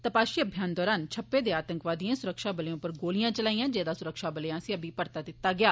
तपाषी अभियान दरान छप्पे दे आतंकवादिएं सुरक्षाबलें उप्पर गोलियां चलाइयां जेह्दा सुरक्षाबलें आस्सेआ बी परता दित्ता गेआ